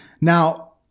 Now